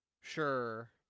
sure